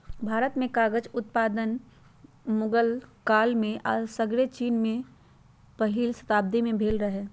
भारत में कागज उत्पादन मुगल काल में आऽ सग्रे विश्वमें चिन में पहिल शताब्दी में भेल रहै